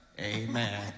Amen